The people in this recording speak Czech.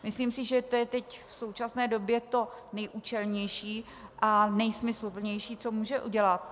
Myslím si, že to je teď v současné době to nejúčelnější a nejsmysluplnější, co může udělat.